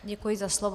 Děkuji za slovo.